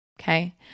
okay